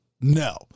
no